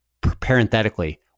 parenthetically